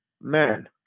man